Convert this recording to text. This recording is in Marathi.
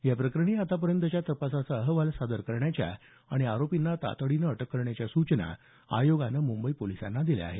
या प्रकरणी आतापर्यंतच्या तपासाचा अहवाल सादर करण्याच्या आणि आरोपींना तातडीने अटक करण्याच्या सूचना आयोगाने मुंबई पोलिसांना दिल्या आहेत